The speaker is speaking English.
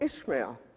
Ishmael